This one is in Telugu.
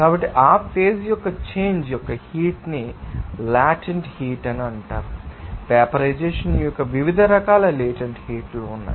కాబట్టి ఆ ఫేజ్ యొక్క చేంజ్ యొక్క హీట్ ని లాటెంట్ హీట్ అని మీకు తెలుసు వేపరైజెషన్ యొక్క వివిధ రకాల లేటెంట్ హీట్ ఉన్నాయి